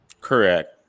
Correct